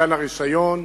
מתן הרשיון,